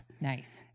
Nice